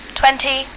twenty